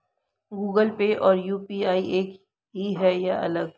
Google Pay और UPI एक ही है या अलग?